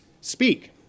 speak